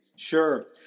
Sure